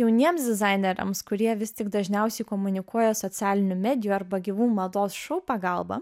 jauniems dizaineriams kurie vis tik dažniausiai komunikuoja socialinių medijų arba gyvų mados šou pagalba